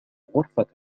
غرفتك